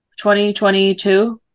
2022